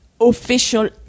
Official